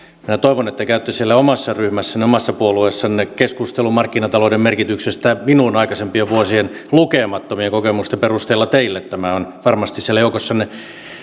minä toivon että käytte siellä omassa ryhmässänne omassa puolueessanne keskustelun markkinatalouden merkityksestä minun aikaisempien vuosien lukemattomien kokemusteni perusteella teille tämä on varmasti siellä joukossanne